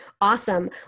Awesome